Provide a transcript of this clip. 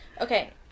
Okay